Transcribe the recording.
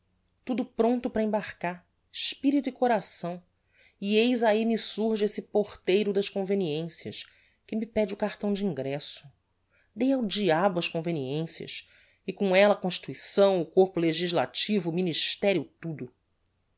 tudo prompto para embarcar espirito e coração e eis ahi me surge esse porteiro das conveniencias que me pede o cartão de ingresso dei ao diabo as conveniências e com ellas a constituição o corpo legislativo